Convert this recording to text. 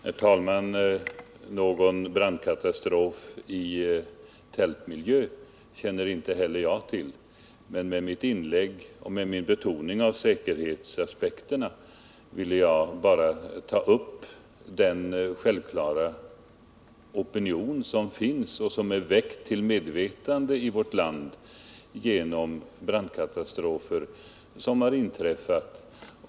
Herr talman! Någon brandkatastrof i tältmiljö känner inte heller jag till. Men med mitt inlägg och min betoning av säkerhetsaspekterna vill jag bara ge uttryck för den självklara opinion som finns och som är väckt till medvetande i vårt land genom brandkatastrofer som har inträffat.